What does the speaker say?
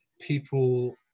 people